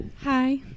hi